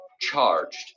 charged